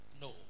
no